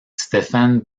stephen